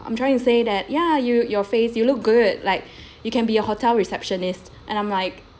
I'm trying to say that yeah you your face you look good like you can be a hotel receptionist and I'm like